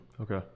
Okay